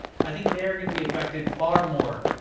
i think they're gonna be affected far more.